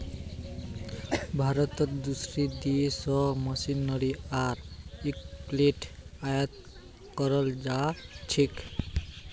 भारतत दूसरा देश स मशीनरी आर इक्विपमेंट आयात कराल जा छेक